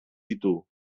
ditu